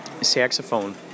saxophone